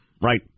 right